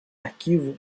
arquivo